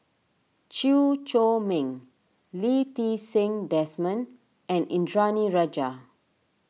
Chew Chor Meng Lee Ti Seng Desmond and Indranee Rajah